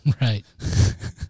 Right